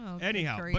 Anyhow